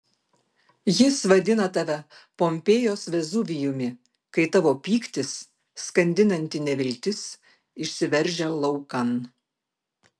jis vadina tave pompėjos vezuvijumi kai tavo pyktis skandinanti neviltis išsiveržia laukan